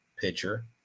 pitcher